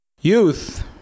Youth